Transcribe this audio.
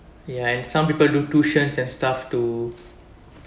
ya and some people do tuitions and stuff to